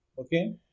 Okay